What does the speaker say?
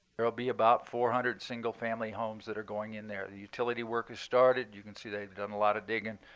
there will be about four hundred single family homes that are going in there. the utility work has started. you can see they've done a lot of digging.